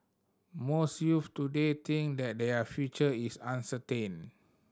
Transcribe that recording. most youths today think that their future is uncertain